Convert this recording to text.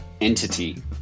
entity